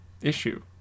issue